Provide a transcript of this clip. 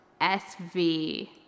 SV